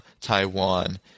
Taiwan